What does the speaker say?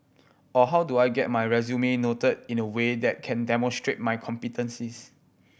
or how do I get my resume noted in a way that can demonstrate my competencies